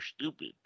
stupid